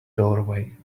doorway